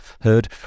heard